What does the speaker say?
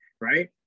right